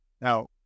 Now